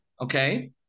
Okay